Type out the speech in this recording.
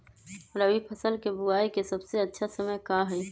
रबी फसल के बुआई के सबसे अच्छा समय का हई?